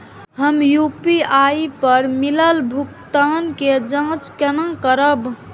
हम यू.पी.आई पर मिलल भुगतान के जाँच केना करब?